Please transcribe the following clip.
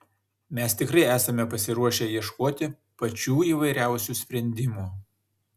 mes tikrai esame pasiruošę ieškoti pačių įvairiausių sprendimų